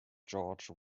george